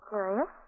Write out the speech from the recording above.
Curious